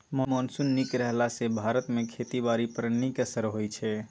monsoon नीक रहला सँ भारत मे खेती बारी पर नीक असिर होइ छै